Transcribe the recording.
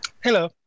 Hello